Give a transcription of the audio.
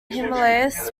himalayas